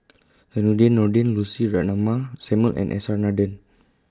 Zainudin Nordin Lucy Ratnammah Samuel and S R Nathan